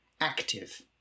Active